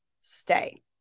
stay